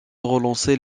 relancer